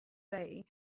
day